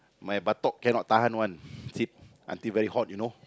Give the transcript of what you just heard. my buttock cannot tahan one sit until very hot you know